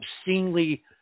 obscenely